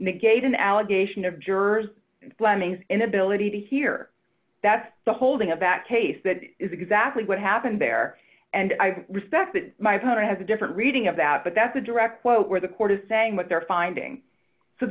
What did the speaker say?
negate an allegation of jurors flemings inability to hear that's the holding of that case that is exactly what happened there and i respect that my opponent has a different reading of that but that's a direct quote where the court is saying what they're finding so